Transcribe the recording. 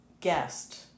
guest